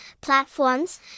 platforms